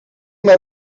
maar